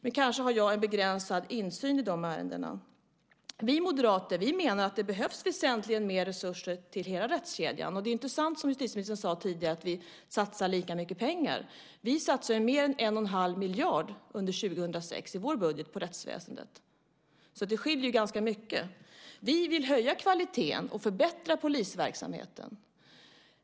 Men kanske har jag en begränsad insyn i de ärendena. Vi moderater menar att det behövs väsentligen mer resurser till hela rättskedjan. Det är intressant som justitieministern sade tidigare att vi satsar lika mycket pengar. Vi satsar mer än 1 1⁄2 miljard under 2006 i vår budget på rättsväsendet. Det skiljer ganska mycket. Vi vill höja kvaliteten och förbättra polisverksamheten.